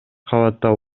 кабатта